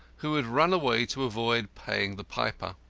who had run away to avoid paying the piper.